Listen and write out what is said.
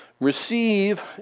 Receive